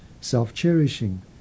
self-cherishing